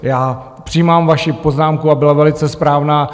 Já přijímám vaši poznámku a byla velice správná.